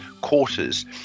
quarters